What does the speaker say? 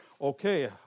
Okay